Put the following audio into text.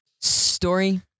Story